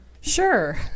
Sure